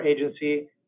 agency